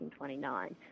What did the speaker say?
1929